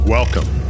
Welcome